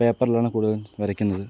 പേപ്പറിലാണ് കൂടുതലും വരയ്ക്കുന്നത്